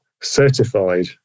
certified